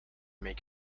make